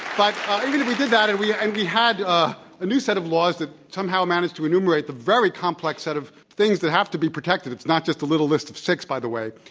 but even if we did that, and we and had ah a new set of laws that somehow managed to enumerate the very complex set of things that have to be protected. it's not just a little listof six, by the way.